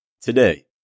today